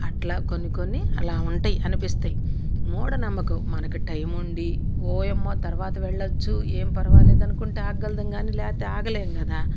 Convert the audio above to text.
అట్లా కొన్ని కొన్ని అలా ఉంటయి అనిపిస్తాయి మూఢనమ్మకం మనకి టైం ఉండి ఓయమ్మ తర్వాత వెళ్ళచ్చు ఏం పర్వాలేదు అనుకుంటే ఆగగలం కానీ లేకపోతే ఆగలేం కదా